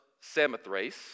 Samothrace